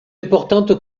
importante